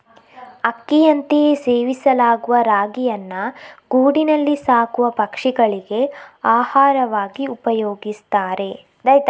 ಅಕ್ಕಿಯಂತೆಯೇ ಸೇವಿಸಲಾಗುವ ರಾಗಿಯನ್ನ ಗೂಡಿನಲ್ಲಿ ಸಾಕುವ ಪಕ್ಷಿಗಳಿಗೆ ಆಹಾರವಾಗಿ ಉಪಯೋಗಿಸ್ತಾರೆ